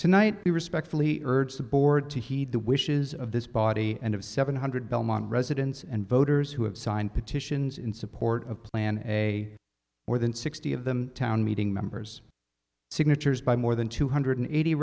tonight we respectfully urge the board to heed the wishes of this body and of seven hundred belmont residents and voters who have signed petitions in support of plan a more than sixty of them town meeting members signatures by more than two hundred eighty